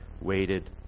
waited